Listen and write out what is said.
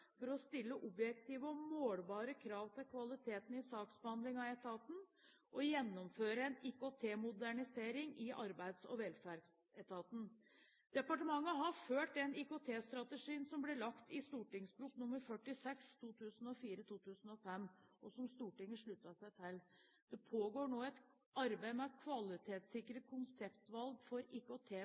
for å stille objektive og målbare krav til kvaliteten på saksbehandlingen i etaten gjennomføre en IKT-modernisering i Arbeids- og velferdsetaten Departementet har fulgt den IKT-strategien som ble lagt i St.prp. nr. 46 for 2004–2005, og som Stortinget sluttet seg til. Det pågår nå et arbeid med å kvalitetssikre konseptvalg for